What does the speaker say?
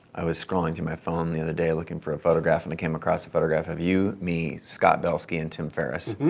i was scrolling through my phone the other day looking for a photograph and came across a photograph of you, me, scott belsky and tim ferris.